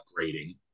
upgrading